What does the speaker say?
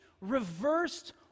reversed